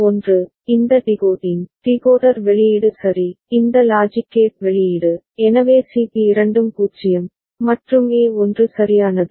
A' 1 இந்த decoding decoder வெளியீடு சரி இந்த லாஜிக் கேட் வெளியீடு எனவே சி பி இரண்டும் 0 மற்றும் ஏ 1 சரியானது